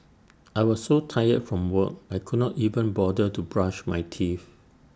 I was so tired from work I could not even bother to brush my teeth